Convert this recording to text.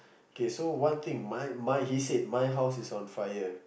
okay so one thing my my he said my house is on fire